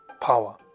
power